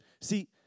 See